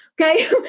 Okay